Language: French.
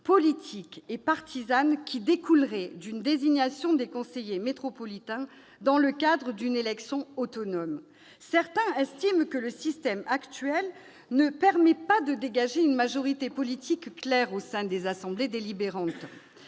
politique et partisane qui découlerait d'une désignation des conseillers métropolitains par le biais d'une élection autonome. Certains estiment que le système actuel ne permet pas de dégager une majorité politique claire au sein des assemblées délibérantes.